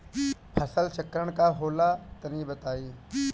फसल चक्रण का होला तनि बताई?